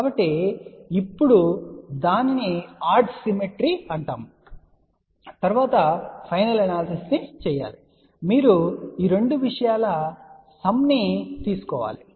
కాబట్టి ఇప్పుడు దానిని ఆడ్ సిమెట్రీ అని అంటారు మరియు తరువాత ఫైనల్ ఎనాలసిస్ చేస్తారు మీరు ఈ రెండు విషయాల సమ్ ను తీసుకుంటారు